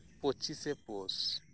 ᱯᱚᱸᱪᱤᱥᱮ ᱯᱳᱥ